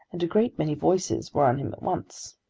and a great many voices were on him at once.